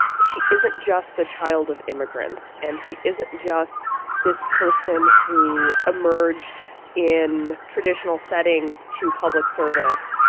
she isn't just the child of immigrants and she isn't just this person who emerged in traditional settings to public service.